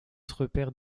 repère